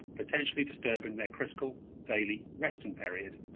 potentially disturbing their critical daily resting period.